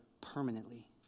permanently